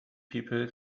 people